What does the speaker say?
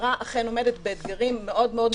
המשטרה אכן עומדת באתגרים מאוד מאוד מסובכים,